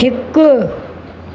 हिकु